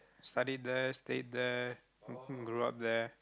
studied there stayed there grew up there